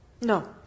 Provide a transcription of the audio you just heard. No